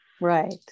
Right